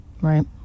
Right